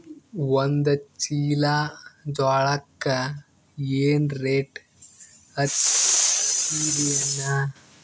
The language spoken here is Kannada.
ಒಂದ ಚೀಲಾ ಜೋಳಕ್ಕ ಏನ ರೇಟ್ ಹಚ್ಚತೀರಿ ಅಣ್ಣಾ?